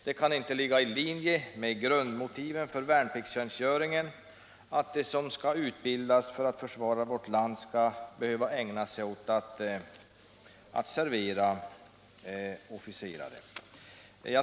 Det kan inte ligga i linje med grundmotiven för värnpliktstjänstgöringen att de som utbildas för att försvara vårt land skall behöva ägna sig åt att servera officerare.